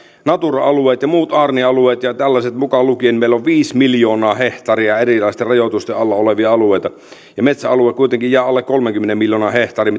natura alueet ja muut aarnialueet ja ja tällaiset mukaan lukien meillä on viisi miljoonaa hehtaaria erilaisten rajoitusten alla olevia alueita ja metsäalue mitä suomessa on kuitenkin jää alle kolmenkymmenen miljoonan hehtaarin